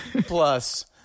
Plus